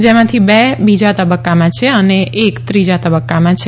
જેમાંથી બે બીજા તબક્કામાં છે અને એક ત્રીજા તબક્કામાં છે